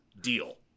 Deal